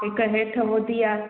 हिकु हेठि होदी आहे